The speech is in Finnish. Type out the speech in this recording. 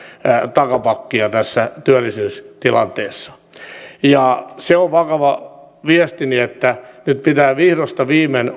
takapakkia sadassatuhannessa tässä työllisyystilanteessa se on vakava viestini että nyt pitää vihdosta viimein